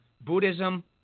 Buddhism